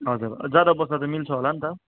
हजुर ज्यादा बस्दा त मिल्छ होला नि त